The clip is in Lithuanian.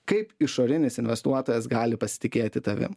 kaip išorinis investuotojas gali pasitikėti tavim